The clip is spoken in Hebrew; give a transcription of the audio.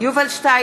עאידה תומא